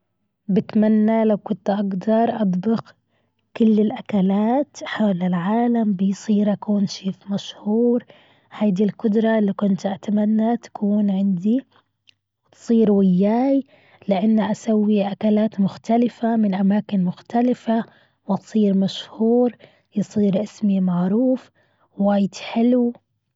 بتمنى لو كنت أقدر أطبخ كل الأكلات حول العالم بيصير أكون شيف مشهور. هيدي القدرة اللي كنت أتمنى تكون عندي. وتصير وياي لأنه أسوي أكلات مختلفة من أماكن مختلفة. وتصير مشهور يصير أسمي معروف وايد حلو.